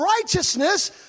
righteousness